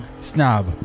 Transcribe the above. snob